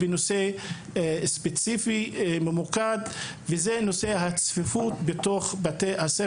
דרך החינוך אפשר ממש להתמודד עם כל האתגרים שניצבים בפני החברה.